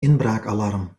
inbraakalarm